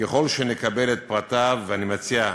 ככל שנקבל את פרטיו, ואני מציע,